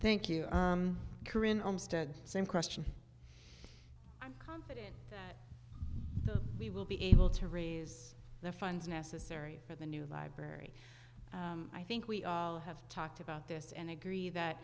thank you kareen same question i'm confident we will be able to raise the funds necessary for the new library i think we all have talked about this and agree that